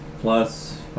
plus